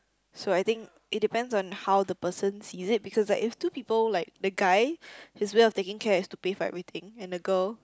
so I think it depends on how the person sees it because like if two people like the guy his way of taking care is to pay for everything and girl